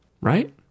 right